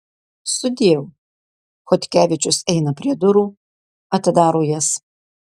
sudieu chodkevičius eina prie durų atidaro jas